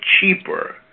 cheaper